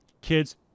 kids